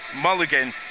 Mulligan